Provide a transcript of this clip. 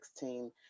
2016